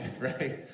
right